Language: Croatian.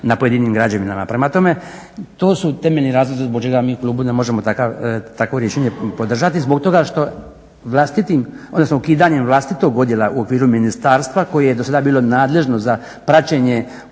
na pojedinim građevinama. Prema tome, to su temeljni razlozi zbog čega mi u klubu ne možemo takvo rješenje podržati zbog toga što vlastitim odnosno ukidanjem vlastitog odjela u okviru ministarstva koje je do sada bilo nadležno za praćenje